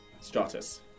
Stratus